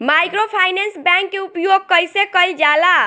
Microfinance bank के उपयोग कइसे कइल जाला?